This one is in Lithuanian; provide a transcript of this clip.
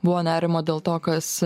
buvo nerimo dėl to kas